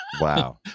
wow